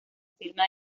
firma